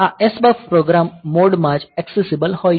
આ SBUF program mode માં જ એકસીસીબલ હોય છે